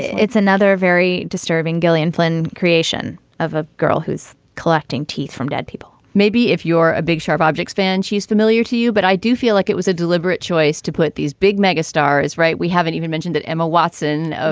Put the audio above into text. it's another very disturbing gillian flynn creation of a girl who's collecting teeth from dead people maybe if you're a big sharp objects fan, she's familiar to you. but i do feel like it was a deliberate choice to put these big megastars right. we haven't even mentioned that. emma watson. yeah,